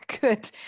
good